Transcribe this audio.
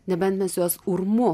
nebent mes juos urmu